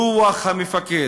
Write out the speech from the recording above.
רוח המפקד.